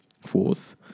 fourth